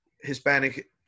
Hispanic